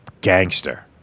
gangster